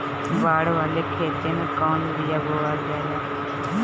बाड़ वाले खेते मे कवन बिया बोआल जा?